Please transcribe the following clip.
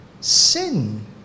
sin